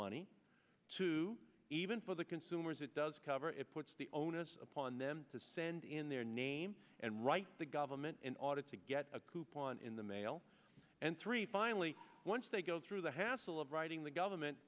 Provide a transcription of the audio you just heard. money to even for the consumers it does cover it puts the onus upon them to send in their name and write the government in order to get a coupon in the mail and three finally once they go through the hassle of writing the government